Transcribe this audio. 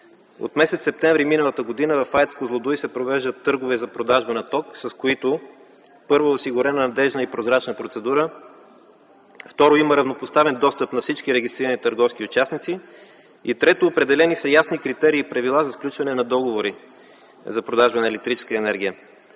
От м. септември миналата година в АЕЦ „Козлодуй” се провеждат търгове за продажба на ток, с които, първо, е осигурена надеждна и прозрачна процедура; второ, има равнопоставен достъп на всички регистрирани търговски участници; и трето, определени са ясни критерии и правила за сключване на договори за продажба на електрическа енергия.